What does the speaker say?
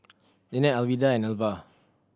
Linette Alwilda and Alva